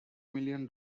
million